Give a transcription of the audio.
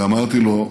ואמרתי לו: